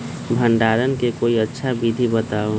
भंडारण के कोई अच्छा विधि बताउ?